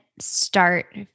start